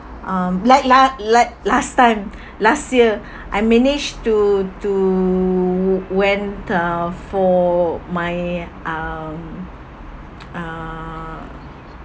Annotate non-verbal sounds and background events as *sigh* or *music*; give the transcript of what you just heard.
um like lah like last time *breath* last year *breath* I managed to to wh~ went uh for my uh